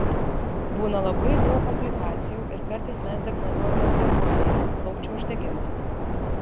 būna labai daug komplikacijų ir kartais mes diagnozuojame pneumoniją plaučių uždegimą